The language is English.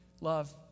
love